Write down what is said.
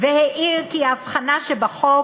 והעיר כי ההבחנה שבחוק